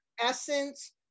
essence